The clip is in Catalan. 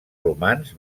romans